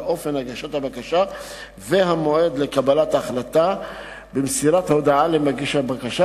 אופן הגשת הבקשה והמועד לקבלת החלטה ולמסירת הודעה למגיש הבקשה,